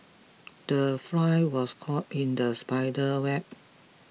the fly was caught in the spider web